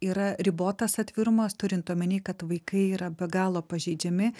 yra ribotas atvirumas turint omeny kad vaikai yra be galo pažeidžiami